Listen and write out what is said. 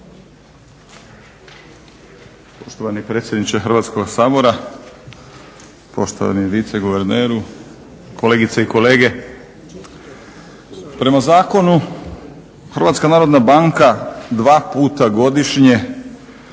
Poštovani predsjedniče Hrvatskoga sabora, poštovani viceguverneru, kolegice i kolege. Prema zakonu HNB dva puta godišnje